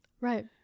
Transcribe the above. right